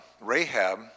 Rahab